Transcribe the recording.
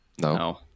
No